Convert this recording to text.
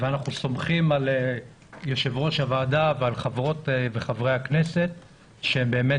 אנחנו סומכים על יושב ראש הוועדה ועל חברות וחברי הכנסת שהם באמת